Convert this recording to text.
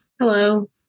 hello